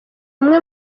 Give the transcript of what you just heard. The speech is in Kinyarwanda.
umwe